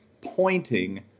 pointing